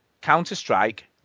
Counter-Strike